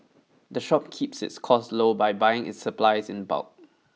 the shop keeps its costs low by buying its supplies in bulk